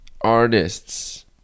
artists